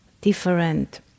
different